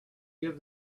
give